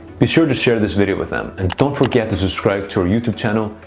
be sure to share this video with them. and don't forget to subscribe to our youtube channel,